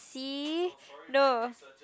si~ no